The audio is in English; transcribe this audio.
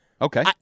Okay